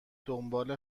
دنبال